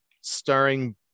starring